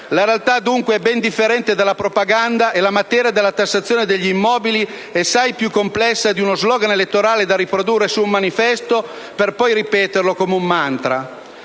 La realtà, quindi, è ben differente dalla propaganda e la materia della tassazione degli immobili è assai più complessa di uno *slogan* elettorale da riprodurre su un manifesto per poi ripeterlo come un mantra.